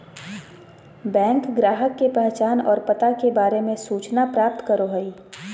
bank ग्राहक के पहचान और पता के बारे में सूचना प्राप्त करो हइ